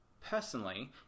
personally